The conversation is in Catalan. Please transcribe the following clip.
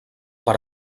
per